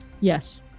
Yes